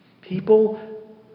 People